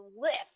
lift